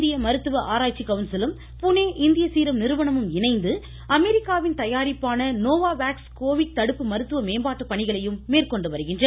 இந்திய மருத்துவ ஆராய்ச்சி கவுன்சிலும் புனே இந்திய சீரம் நிறுவனமும் இணைந்து அமெரிக்காவின் தயாரிப்பான நோவா வேக்ஸ் கோவிட் தடுப்பு மருத்துவ மேம்பாட்டு பணிகளையும் மேற்கொண்டு வருகின்றன